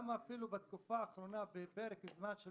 גם אפילו בתקופה האחרונה בפרק זמן של